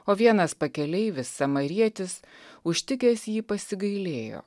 o vienas pakeleivis samarietis užtikęs jį pasigailėjo